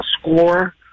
score